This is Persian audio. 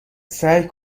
سعی